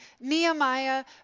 Nehemiah